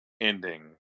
ending